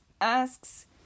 asks